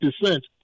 descent